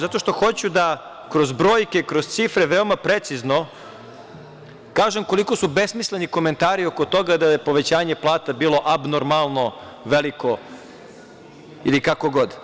Zato što hoću da kroz brojke, kroz cifre veoma precizno kažem koliko su besmisleni komentari oko toga da je povećanje plata bilo abnormalno veliko ili kako kod.